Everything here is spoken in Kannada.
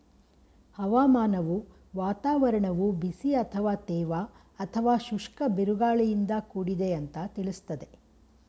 ಹವಾಮಾನವು ವಾತಾವರಣವು ಬಿಸಿ ಅಥವಾ ತೇವ ಅಥವಾ ಶುಷ್ಕ ಬಿರುಗಾಳಿಯಿಂದ ಕೂಡಿದೆ ಅಂತ ತಿಳಿಸ್ತದೆ